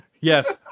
yes